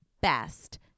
best